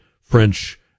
French